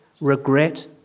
regret